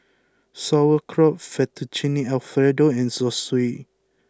Sauerkraut Fettuccine Alfredo and Zosui